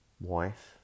wife